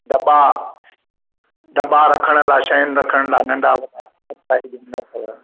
दॿा दॿा रखण लाइ शयूं रखण लाइ नंढा वॾा सभु साईज़ुनि में अथव